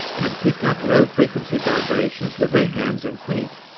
can pick up low frequency vibrations with their hands and feet,